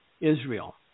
Israel